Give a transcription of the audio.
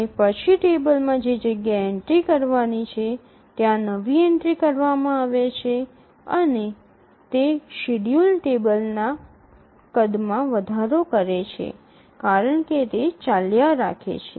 અને પછી ટેબલ માં જે જગ્યા એ એન્ટ્રી કરવાની છે ત્યાં નવી એન્ટ્રી કરવામાં આવે છે અને તે શેડ્યૂલ ટેબલના કદમાં વધારો કરે છે કારણ કે તે ચાલ્યા રાખે છે